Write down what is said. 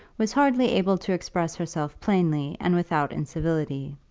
was hardly able to express herself plainly and without incivility.